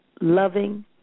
loving